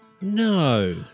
No